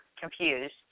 confused